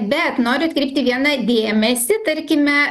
bet noriu atkreipti viena dėmesį tarkime